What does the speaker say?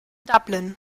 dublin